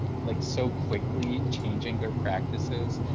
like so quickly changing their practices,